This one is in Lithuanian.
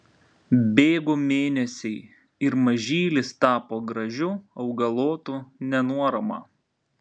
bėgo mėnesiai ir mažylis tapo gražiu augalotu nenuorama